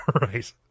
Right